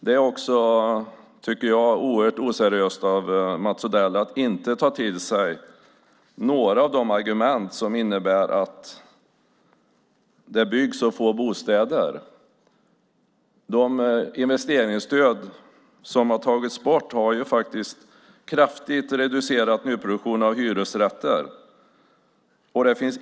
Jag tycker att det är oerhört oseriöst av Mats Odell att inte ta till sig några av de argument som visar att det byggs för få bostäder. Att investeringsstöd har tagits bort har gjort att nyproduktion av hyresrätter kraftigt reducerats.